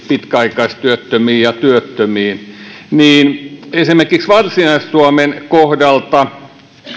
pitkäaikaistyöttömiin ja työttömiin esimerkiksi varsinais suomen kohdalta